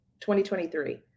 2023